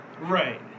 Right